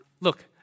Look